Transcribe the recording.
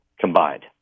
combined